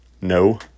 no